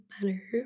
better